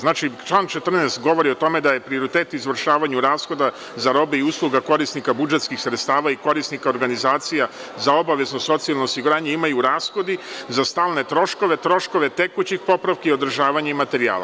Znači, član 14. govori o tome da prioritet izvršavanja rashoda za robe i usluge korisnika budžetskih sredstava i korisnika organizacija za obavezno socijalno osiguranje imaju rashodi za stalne troškove, troškove tekućih popravki i održavanje materijala.